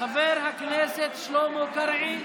חבר הכנסת שלמה קרעי.